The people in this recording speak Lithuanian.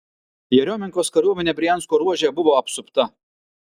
jeriomenkos kariuomenė briansko ruože buvo apsupta